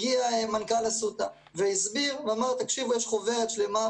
הגיע מנכ"ל אסותא ואמר: יש חוברת שלמה,